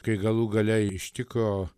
kai galų gale ištiko